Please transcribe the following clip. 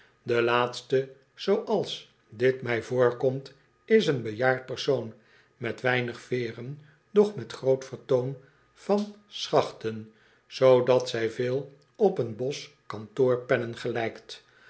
de laatste zooals dit mij voorkomt is een bejaard persoon met weinig veeren doch met groot vertoon van schachten zoodat zij veel op een bos kantoorpennen gelijkt